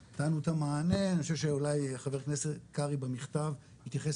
אני חושב שאולי חבר הכנסת קרעי במכתב התייחס